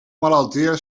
malaltia